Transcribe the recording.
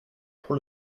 pour